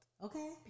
Okay